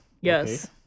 yes